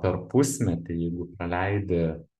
per pusmetį jeigu praleidi